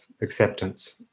acceptance